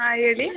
ಹಾಂ ಹೇಳಿ